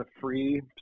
free